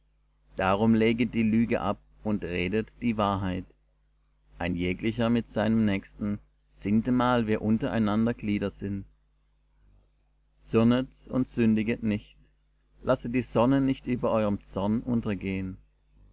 darum leget die lüge ab und redet die wahrheit ein jeglicher mit seinem nächsten sintemal wir untereinander glieder sind zürnet und sündiget nicht lasset die sonne nicht über eurem zorn untergehen